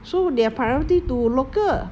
so their priority to local